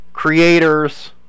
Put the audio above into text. Creators